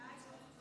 מתי?